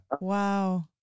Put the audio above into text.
wow